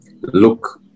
look